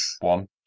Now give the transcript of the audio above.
one